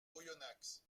oyonnax